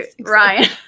Ryan